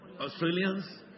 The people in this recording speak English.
Australians